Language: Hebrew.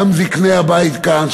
גם זקני הבית כאן,